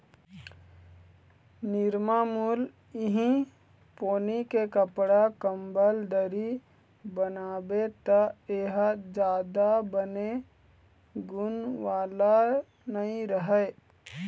निरमामुल इहीं पोनी के कपड़ा, कंबल, दरी बनाबे त ए ह जादा बने गुन वाला नइ रहय